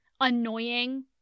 annoying